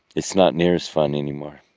it's not near as fun anymore.